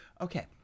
okay